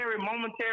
momentary